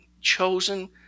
chosen